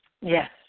Yes